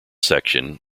section